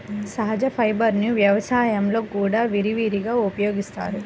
సహజ ఫైబర్లను వ్యవసాయంలో కూడా విరివిగా ఉపయోగిస్తారు